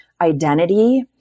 identity